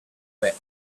wet